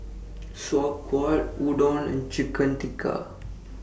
Sauerkraut Udon and Chicken Tikka